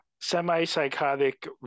semi-psychotic